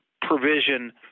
provision –